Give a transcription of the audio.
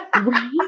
Right